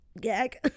gag